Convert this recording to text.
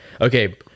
Okay